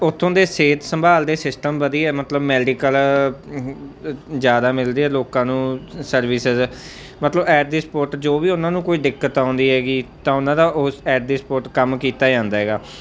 ਉੱਥੋਂ ਦੇ ਸਿਹਤ ਸੰਭਾਲ ਦੇ ਸਿਸਟਮ ਵਧੀਆ ਮਤਲਬ ਮੈਡੀਕਲ ਜ਼ਿਆਦਾ ਮਿਲਦੇ ਆ ਲੋਕਾਂ ਨੂੰ ਸਰਵਿਸਿਜ਼ ਮਤਲਬ ਐਟ ਦੀ ਸਪੋਟ ਜੋ ਵੀ ਉਹਨਾਂ ਨੂੰ ਕੋਈ ਦਿੱਕਤ ਆਉਂਦੀ ਹੈਗੀ ਤਾਂ ਉਹਨਾਂ ਦਾ ਉਸ ਐਟ ਦੀ ਸਪੋਟ ਕੰਮ ਕੀਤਾ ਜਾਂਦਾ ਹੈਗਾ